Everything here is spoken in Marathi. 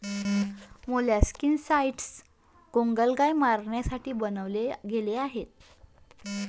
मोलस्कीसाइडस गोगलगाय मारण्यासाठी बनवले गेले आहे